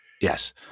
Yes